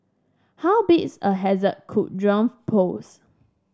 how big is a hazard could drones pose